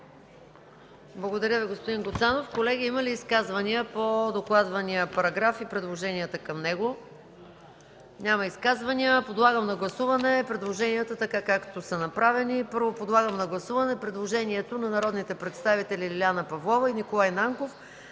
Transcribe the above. Благодаря Ви, господин Гуцанов. Колеги, има ли изказвания по докладвания параграф и предложенията към него? Няма. Подлагам на гласуване предложенията, както са направени. Първо, подлагам на гласуване предложението на народните представители Лиляна Павлова и Николай Нанков